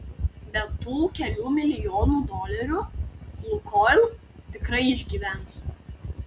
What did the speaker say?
be tų kelių milijonų dolerių lukoil tikrai išgyvens